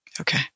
Okay